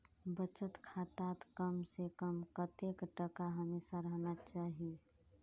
बचत खातात कम से कम कतेक टका हमेशा रहना चही?